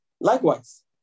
Likewise